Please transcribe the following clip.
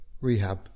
rehab